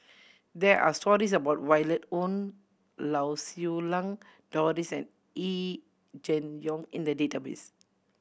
there are stories about Violet Oon Lau Siew Lang Doris and Yee Jenn Jong in the database